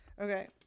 Okay